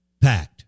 packed